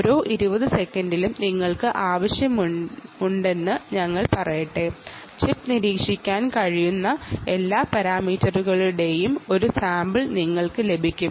ഓരോ 20 സെക്കൻഡിലും ചിപ്പിനെ നിരീക്ഷിക്കാൻ കഴിയുന്ന എല്ലാ പാരാമീറ്ററുകളുടെയും ഒരു സാമ്പിൾ നിങ്ങൾക്ക് ലഭിക്കും